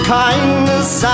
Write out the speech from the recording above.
kindness